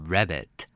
Rabbit